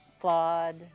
flawed